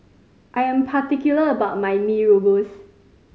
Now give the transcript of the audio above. I am particular about my Mee Rebus